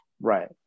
Right